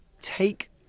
take